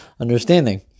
understanding